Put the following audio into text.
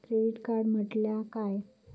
Credit card म्हटल्या काय?